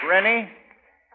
Rennie